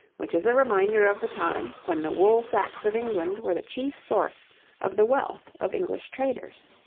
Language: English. which is a reminder of the time when the woolsacks of england were the chief source of the wealth of english traders.